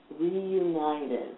reunited